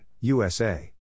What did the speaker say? USA